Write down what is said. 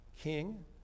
king